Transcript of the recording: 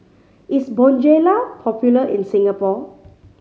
is Bonjela popular in Singapore